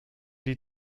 die